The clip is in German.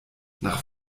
nach